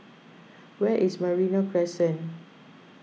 where is Merino Crescent